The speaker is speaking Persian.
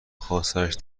خاصش